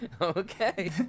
Okay